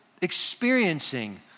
experiencing